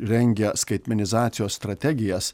rengia skaitmenizacijos strategijas